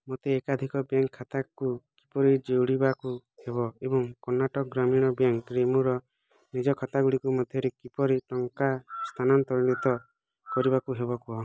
ମୋତେ ଏକାଧିକ ବ୍ୟାଙ୍କ୍ ଖାତାକୁ କିପରି ଯୋଡ଼ିବାକୁ ହେବ ଏବଂ କର୍ଣ୍ଣାଟକ ଗ୍ରାମୀଣ ବ୍ୟାଙ୍କ୍ରେ ମୋର ନିଜ ଖାତାଗୁଡ଼ିକ ମଧ୍ୟରେ କିପରି ଟଙ୍କା ସ୍ଥାନାନ୍ତନିତ କରିବାକୁ ହେବ କୁହ